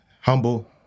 humble